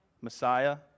Messiah